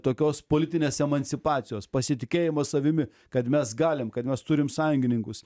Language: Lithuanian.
tokios politinės emancipacijos pasitikėjimas savimi kad mes galim kad mes turim sąjungininkus